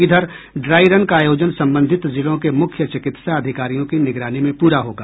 इधर ड्राईरन का आयोजन संबंधित जिलों के मुख्य चिकित्सा अधिकारियों की निगरानी में पूरा होगा